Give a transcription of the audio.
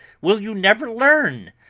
will you never learn?